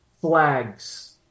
flags